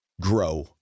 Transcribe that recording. grow